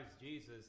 Jesus